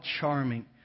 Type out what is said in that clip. charming